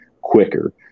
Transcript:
quicker